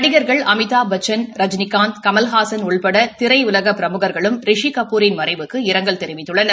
நடிகர்கள் அமிதாப்பச்சன் ரஜினிகாந்த் கமலஹாசன் உட்பட திரையுலக பிரமுகர்களும் ரிஷி கபூரின் மறைவுக்கு இரங்கல் தெரிவித்துள்ளனர்